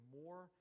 more